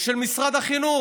של משרד החינוך?